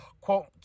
quote